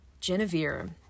Genevieve